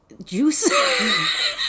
Juice